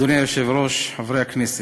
אדוני היושב-ראש, חברי הכנסת,